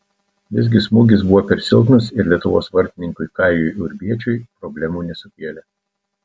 visgi smūgis buvo per silpnas ir lietuvos vartininkui kajui urbiečiui problemų nesukėlė